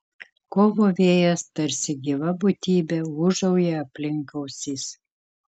kovo vėjas tarsi gyva būtybė ūžauja aplink ausis